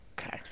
Okay